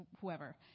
whoever